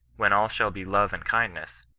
when all shall be love and kindness,